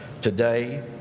today